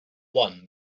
one